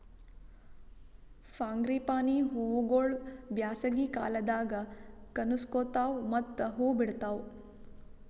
frangipani ಹೂವುಗೊಳ್ ಬ್ಯಾಸಗಿ ಕಾಲದಾಗ್ ಕನುಸ್ಕೋತಾವ್ ಮತ್ತ ಹೂ ಬಿಡ್ತಾವ್